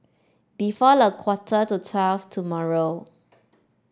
before a quarter to twelve tomorrow